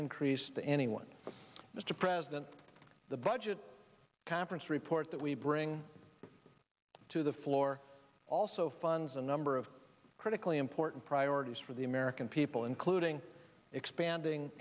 increase to anyone mr president the budget conference report that we bring to the floor also funds a number of critically important priorities for the american people including expanding